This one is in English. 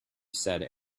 said